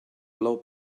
plou